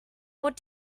what